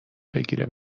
بگیره